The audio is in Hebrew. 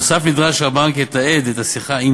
נוסף על כך נדרש שהבנק יתעד את השיחה עם